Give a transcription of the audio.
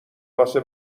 واسه